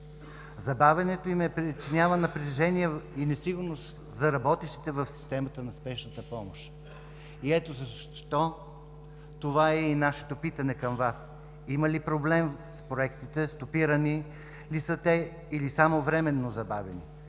Забавянето им причинява напрежение и несигурност за работещите в системата на спешната помощ. Ето защо това е и нашето питане към Вас: има ли проблем в проектите? Стопирани ли са те, или само временно забавени?